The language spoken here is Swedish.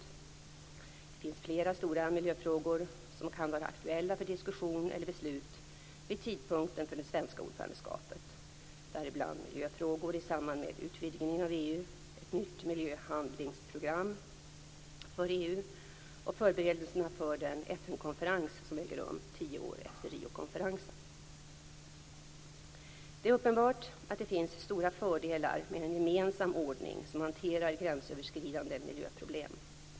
Det finns flera stora miljöfrågor som kan vara aktuella för diskussion eller beslut vid tidpunkten för det svenska ordförandeskapet, däribland miljöfrågor i samband med utvidgningen av EU, ett nytt miljöhandlingsprogram för EU och förberedelserna för den FN-konferens som äger rum tio år efter Riokonferensen. Det är uppenbart att det finns stora fördelar med en gemensam ordning som hanterar gränsöverskridande miljöproblem.